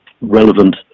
relevant